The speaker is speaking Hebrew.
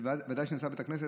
בוודאי כשזה נעשה בבית כנסת,